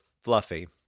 fluffy